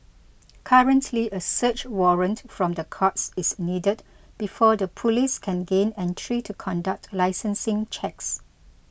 currently a search warrant from the courts is needed before the police can gain entry to conduct licensing checks